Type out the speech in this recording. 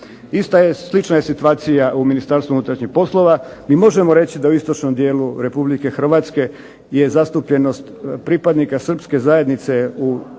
Ista je, slična je situacija u Ministarstvu unutarnjih poslova, i možemo reći da u istočnom dijelu Republike Hrvatske je zastupljenost pripadnika srpske zajednice u